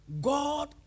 God